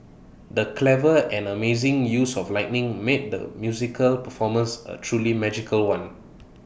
the clever and amazing use of lighting made the musical performance A truly magical one